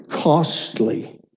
Costly